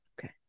okay